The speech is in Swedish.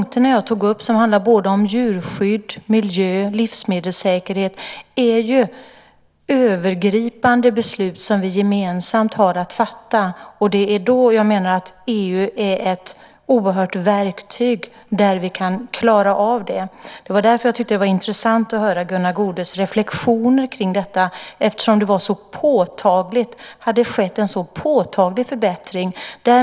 Herr talman! Det är inte dagsläge, säger Gunnar Goude. Men det här handlar ju både om dagsläge och framtidsfrågor. De punkter jag tog upp, som handlar om djurskydd, miljö och livsmedelssäkerhet, är ju övergripande beslut som vi gemensamt har att fatta. Det är då jag menar att EU är ett oerhört bra verktyg som gör att vi kan klara av det. Det var därför jag tyckte att det var intressant att höra Gunnar Goudes reflexioner kring detta eftersom det hade skett en så påtaglig förbättring.